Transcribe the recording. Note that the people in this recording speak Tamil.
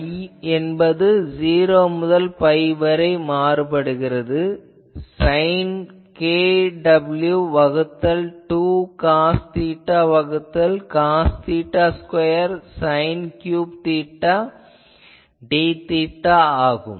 I என்பது 0 முதல் பை வரை சைன் kw வகுத்தல் 2 காஸ் தீட்டா வகுத்தல் cos theta square sine cube theta d theta ஆகும்